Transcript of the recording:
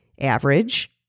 average